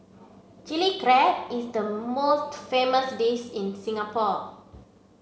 Chilli Crab is the most famous dish in Singapore